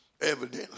Evidently